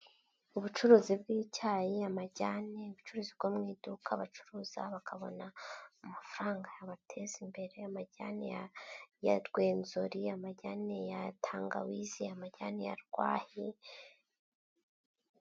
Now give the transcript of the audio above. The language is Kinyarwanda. Ubucuruzi bw'icyayi, amajyane, ubucuruzi bwo mu iduka bacuruza bakabona amafaranga yabateza imbere, amajyane ya Rwenzori, amajyane ya Tangawizi, amajyane ya Rwahi.